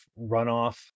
runoff